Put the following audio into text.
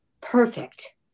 perfect